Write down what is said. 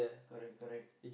correct correct